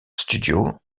studio